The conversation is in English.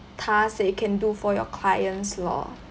task that you can do for your clients lor